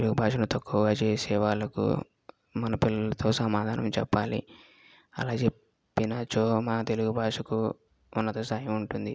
మన తెలుగు భాషను తక్కువగా చేసే వాళ్ళకు మన పిల్లలతో సమాధానం చెప్పాలి అలా చెప్పినచో మన తెలుగు భాషకు ఉన్నత స్థాయి ఉంటుంది